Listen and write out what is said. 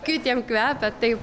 kitiem kvepia taip